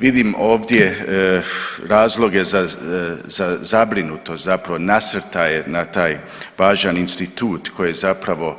Vidim ovdje razloge za zabrinutost, zapravo nasrtaje na taj važan institut koji je zapravo